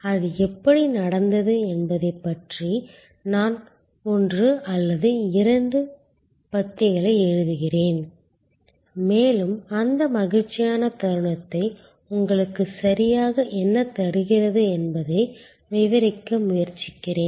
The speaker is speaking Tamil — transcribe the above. அது எப்படி நடந்தது என்பதைப் பற்றி நான் ஒன்று அல்லது இரண்டு பத்திகளை எழுதுகிறேன் மேலும் அந்த மகிழ்ச்சியான தருணத்தை உங்களுக்கு சரியாக என்ன தருகிறது என்பதை விவரிக்க முயற்சிக்கிறேன்